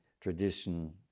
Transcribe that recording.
tradition